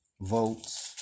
votes